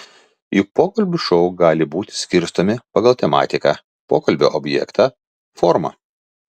juk pokalbių šou gali būti skirstomi pagal tematiką pokalbio objektą formą